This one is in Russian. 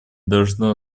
должно